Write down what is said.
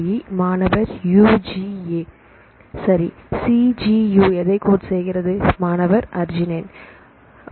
GAA மாணவர் UGA UGA சரி C G U எதை கோட் செய்கிறது மாணவர்அர்ஜுநைன் அர்ஜுநைன் சரிஅர்ஜுநைன்